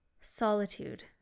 Solitude